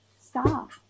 stop